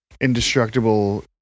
indestructible